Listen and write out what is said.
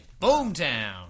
Boomtown